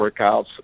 workouts